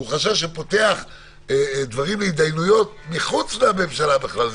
שהוא חשש שפותח דברים להתדיינויות מחוץ לממשלה בכלל.